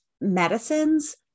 medicines